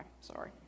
sorry